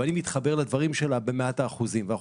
ואני מתחבר לדברים שלה במאת האחוזים ואנחנו